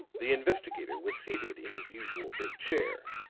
the investigator was seated in his usual big chair,